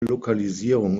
lokalisierung